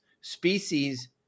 species